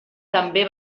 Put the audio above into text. també